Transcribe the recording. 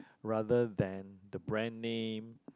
rather than the brand name